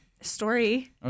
story